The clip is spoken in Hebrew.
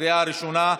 לקריאה ראשונה.